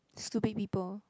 stupid people